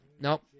Nope